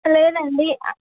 లేదండి ఆ